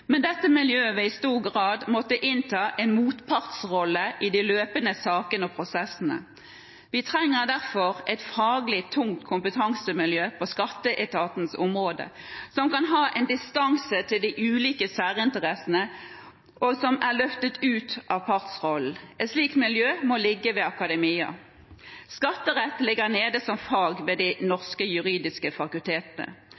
men dette miljøet vil i stor grad måtte innta en motpartsrolle i de løpende sakene og prosessene. Vi trenger derfor et faglig tungt kompetansemiljø på skatterettens område, som kan ha en distanse til de ulike særinteressene, og som er løftet ut av partsrollene. Et slikt miljø må ligge ved akademia. Skatterett ligger nede som fag ved de